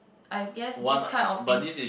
I guess this kind of things